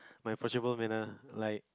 my approachable manner like